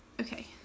okay